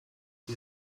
wir